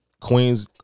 Queens